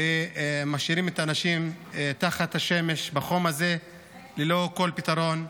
ומשאירים את האנשים תחת השמש בחום הזה ללא כל פתרון.